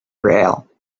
rail